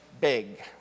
big